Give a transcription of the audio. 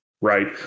right